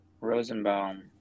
Rosenbaum